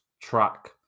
track